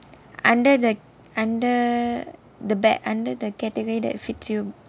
under the under the back under the category that fits you